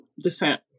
descent